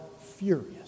furious